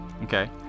Okay